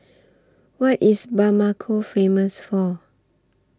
What IS Bamako Famous For